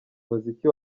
muziki